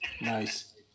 Nice